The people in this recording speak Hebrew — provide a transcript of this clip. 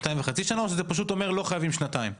שנתיים וחצי שנה או שזה פשוט אומר לא חייבים שנתיים.